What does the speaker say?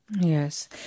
Yes